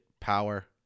power